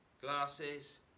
glasses